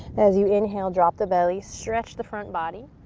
as you inhale, drop the belly. stretch the front body.